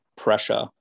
Pressure